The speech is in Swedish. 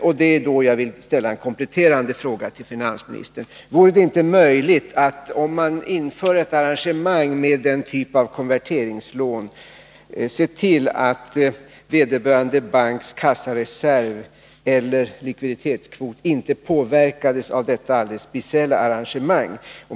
Och här vill jag ställa en kompletterande fråga till finansministern: Vore det inte möjligt att, om man inför ett arrangemang med denna typ av konverteringslån, se till att vederbörande banks kassareserv eller likviditetskvot inte påverkas av detta speciella arrangemang?